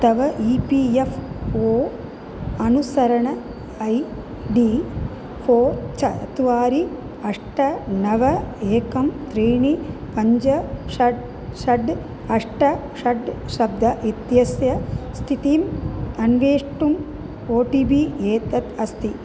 तव E P F O अनुसरणम् I D four चत्वारि अष्ट नव एकं त्रीणि पञ्च षड् षड् अष्ट षड् शब्दः इत्यस्य स्थितिम् अन्वेष्टुम् ओ टि बि एतद् अस्ति